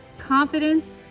confidence,